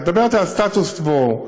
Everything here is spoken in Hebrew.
את מדברת על הסטטוס קוו,